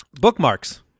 Bookmarks